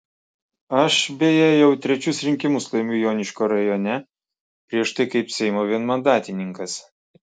aš beje jau trečius rinkimus laimiu joniškio rajone prieš tai kaip seimo vienmandatininkas